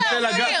רציתם לזרוק אותם.